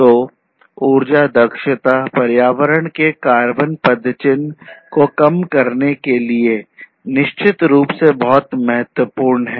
तो ऊर्जा दक्षता पर्यावरण के कार्बन पदचिह्न कम करने के लिए निश्चित रूप से बहुत महत्वपूर्ण है